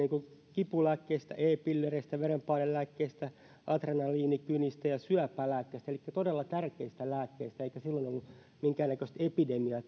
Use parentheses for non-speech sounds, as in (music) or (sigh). kipulääkkeistä e pillereistä verenpainelääkkeistä adrenaliinikynistä ja syöpälääkkeistä elikkä todella tärkeistä lääkkeistä eikä silloin ollut minkään näköistä epidemiaa (unintelligible)